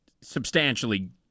substantially